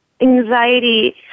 Anxiety